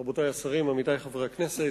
תודה רבה, רבותי השרים, עמיתי חברי הכנסת,